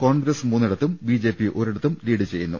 കോൺഗ്രസ് മൂന്നിടത്തും B J P ഒരിടത്തും lead ചെയ്യുന്നു